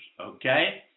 okay